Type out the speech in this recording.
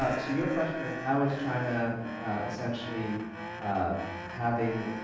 ah so you're question is how is china essentially having,